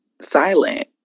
silent